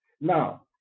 Now